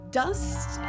dust